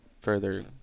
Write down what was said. further